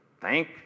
thank